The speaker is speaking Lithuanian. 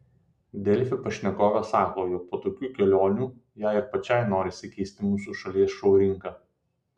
delfi pašnekovė sako jog po tokių kelionių jai ir pačiai norisi keisti mūsų šalies šou rinką